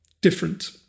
different